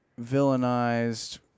villainized